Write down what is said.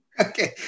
Okay